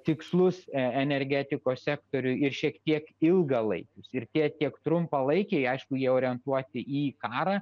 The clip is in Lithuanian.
tikslus e energetikos sektoriuj ir šiek tiek ilgalaikius ir tie tiek trumpalaikiai aišku jie orientuoti į karą